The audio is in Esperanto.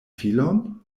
filon